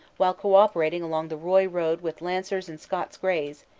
vhile co-operating along the roy road with lancers and scots grays,